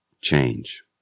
Change